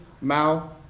Mao